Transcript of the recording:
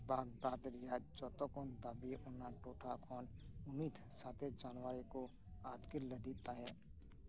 ᱵᱟᱜᱽᱫᱟᱫᱽ ᱨᱮᱭᱟᱜ ᱡᱚᱛᱚᱠᱷᱚᱱ ᱫᱟᱵᱤ ᱚᱱᱟ ᱴᱚᱴᱷᱟ ᱠᱷᱚᱱ ᱩᱱᱤᱫᱽ ᱥᱟᱛᱮᱭ ᱡᱟᱱᱩᱣᱟᱨᱤ ᱠᱳ ᱟᱛᱠᱤᱨ ᱞᱮᱫᱮ ᱛᱟᱦᱮᱸᱫ